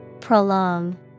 Prolong